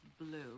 blue